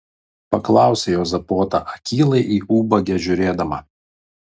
paklausė juozapota akylai į ubagę žiūrėdama